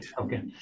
okay